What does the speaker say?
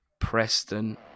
Preston